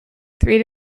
three